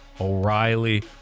O'Reilly